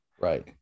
right